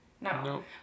no